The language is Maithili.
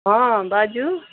हँ बाजू